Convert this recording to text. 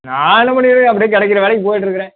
நானும் அப்படியவே அப்படியே கிடைக்கிற வேலைக்கு போயிட்டுருக்கிறேன்